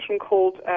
called